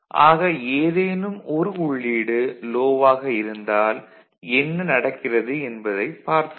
ஆக ஏதேனும் ஒரு உள்ளீடு லோ ஆக இருந்தால் என்ன நடக்கிறது என்பதைப் பார்த்தோம்